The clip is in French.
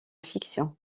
fiction